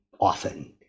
often